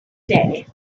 day